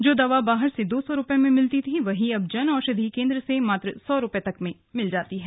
जो दवा बाहर से दो सौ रुपये में मिलती थी वही जन औषधि केन्द्र से मात्र सौ रुपये तक में मिल जाती है